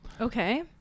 Okay